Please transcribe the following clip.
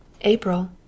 April